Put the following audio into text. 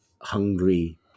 hungry